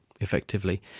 effectively